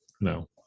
no